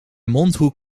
mondhoek